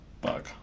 bug